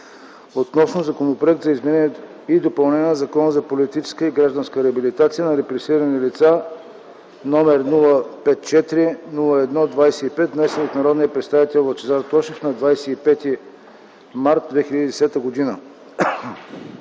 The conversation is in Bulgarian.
относно Законопроект за изменение и допълнение на Закона за политическа и гражданска реабилитация на репресирани лица № 054-01-25, внесен от народния представител Лъчезар Тошев на 25 март 2010г.